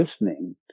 listening